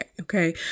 okay